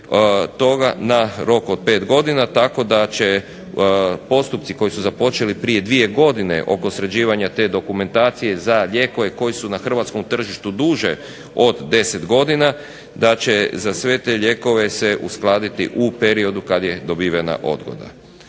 na rok od pet godina tako da će postupci koji su započeli prije tri godine oko sređivanja te dokumentacije za lijekove koji su na Hrvatskom tržištu duže od 10 godina, da će za sve te lijekove se uskladiti u periodu kada je dobivena odgoda.